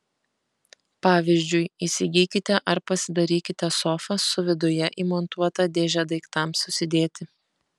pavyzdžiui įsigykite ar pasidarykite sofą su viduje įmontuota dėže daiktams susidėti